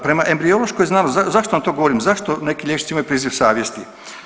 Prema embriološkoj znanosti, zašto vam to govorim, zašto neki liječnici imaju priziv savjesti?